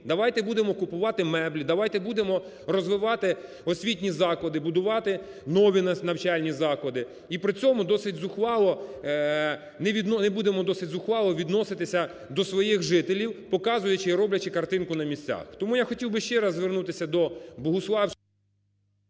Давайте будемо купувати меблі, давайте будемо розвивати освітні заклади, будувати нові навчальні заклади і при цьому досить зухвало… не будемо досить зухвало відноситися до своїх жителів, показуючи і роблячи картинку на місця. Тому я хотів би ще раз звернутися до Богуславської…